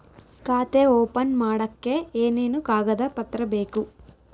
ಖಾತೆ ಓಪನ್ ಮಾಡಕ್ಕೆ ಏನೇನು ಕಾಗದ ಪತ್ರ ಬೇಕು?